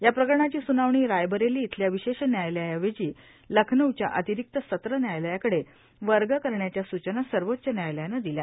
या प्रकरणाची सुनावणी रायबरेली इथल्या विशेष न्यायालयाऐवजीए लखनऊच्या अतिरिक्त संत्र न्यायालयाको वर्ग करण्याच्या सूचना सर्वोच्च न्यायालयानं दिल्या